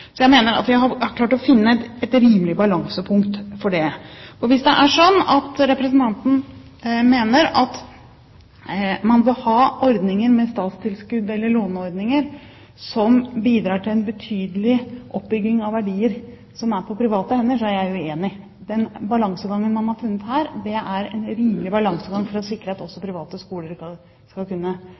Jeg mener at vi har klart å finne et rimelig balansepunkt. Hvis det er sånn at representanten mener at man bør ha ordninger med statstilskudd, eller låneordninger som bidrar til betydelig oppbygging av verdier som er på private hender, så er jeg uenig. Den balansegangen man har funnet her, er en rimelig balansegang for å sikre at også private skoler skal kunne